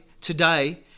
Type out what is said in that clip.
today